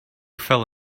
fell